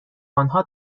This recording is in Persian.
آنها